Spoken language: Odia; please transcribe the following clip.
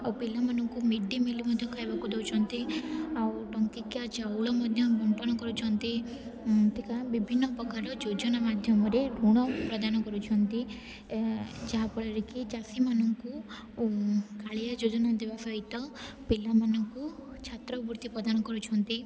ଆଉ ପିଲାମାନଙ୍କୁ ମିଡ଼୍ ଡ଼େ ମିଲ୍ ମଧ୍ୟ ଖାଇବାକୁ ଦେଉଛନ୍ତି ଆଉ ଟଙ୍କିକିଆ ଚାଉଳ ମଧ୍ୟ ବଣ୍ଟନ କରୁଛନ୍ତି ଏମିତିକା ବିଭିନ୍ନ ପ୍ରକାର ଯୋଜନା ମାଧ୍ୟମରେ ଋଣ ପ୍ରଦାନ କରୁଛନ୍ତି ଯାହା ଫଳରେ କି ଚାଷୀମାନଙ୍କୁ କାଳିଆ ଯୋଜନା ଦେବା ସହିତ ପିଲାମାନଙ୍କୁ ଛାତ୍ର ବୃତ୍ତି ପ୍ରଦାନ କରୁଛନ୍ତି